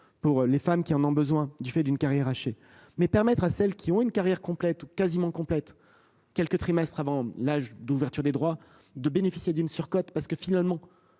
pour les femmes qui en ont besoin du fait d'une carrière hachée mais permettre à celles qui ont une carrière complète ou quasiment complète quelques trimestres avant l'âge d'ouverture des droits, de bénéficier d'une surcote parce que finalement.